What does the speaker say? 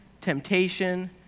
temptation